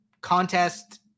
contest